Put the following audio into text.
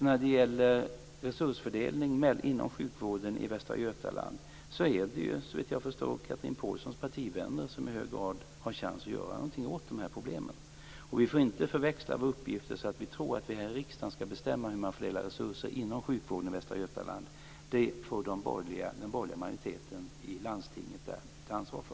När det gäller resursfördelningen inom sjukvården i Västra Götaland är det, såvitt jag förstår, Chatrine Pålssons partivänner som i hög grad har chans att göra någonting åt problemen. Vi får inte förväxla våra uppgifter så att vi tror att vi här i riksdagen skall bestämma hur man fördelar resurser inom sjukvården i Västra Götaland. Det får den borgerliga majoriteten i landstinget där ta ansvar för.